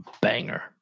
banger